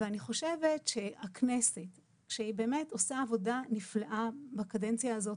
ואני חושבת שהכנסת שהיא באמת עושה עבודה נפלאה בקדנציה הזאת,